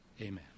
Amen